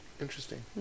interesting